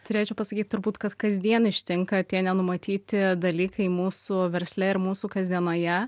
turėčiau pasakyt turbūt kad kasdien ištinka tie nenumatyti dalykai mūsų versle ir mūsų kasdienoje